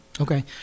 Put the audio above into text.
Okay